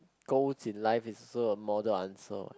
goals in life is so a model answer